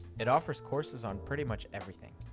it offers courses on pretty much everything.